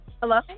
Hello